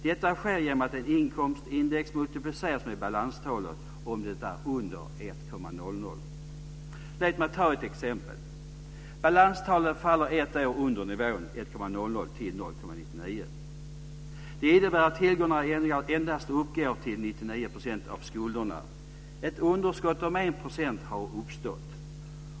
Detta sker genom att ett inkomstindex multipliceras med balanstalet om det är under 1,00. Låt mig ta ett exempel: Balanstalet faller ett år under nivån 1,00 till 0,99. Det innebär att tillgångarna endast uppgår till 99 % av skulderna. Ett underskott om 1 % har uppstått.